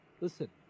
Listen